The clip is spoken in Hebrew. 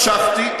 משכתי,